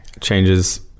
Changes